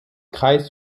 kreis